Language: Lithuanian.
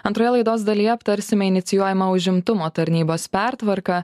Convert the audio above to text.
antroje laidos dalyje aptarsime inicijuojamą užimtumo tarnybos pertvarką